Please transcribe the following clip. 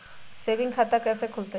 Saving खाता कैसे खुलतई?